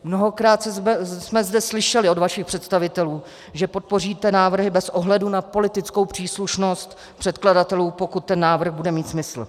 Mnohokrát jsme zde slyšeli od vašich představitelů, že podpoříte návrhy bez ohledu na politickou příslušnost předkladatelů, pokud ten návrh bude mít smysl.